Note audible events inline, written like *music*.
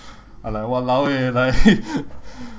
I'm like !walao! eh like *laughs*